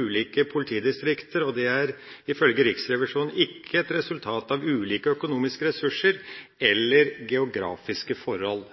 ulike politidistrikt, og det er ifølge Riksrevisjonen ikke et resultat av ulike økonomiske ressurser eller geografiske forhold.